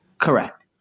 Correct